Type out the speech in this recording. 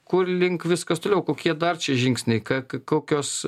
kur link viskas toliau kokie dar čia žingsniai ką kokios